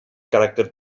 caràcter